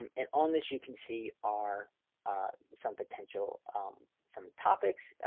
um and on this. you can see are some potential some topics.